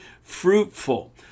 fruitful